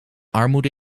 armoede